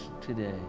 today